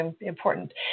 important